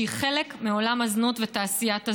שהיא חלק מעולם הזנות ותעשיית הזנות.